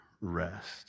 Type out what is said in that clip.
rest